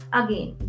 again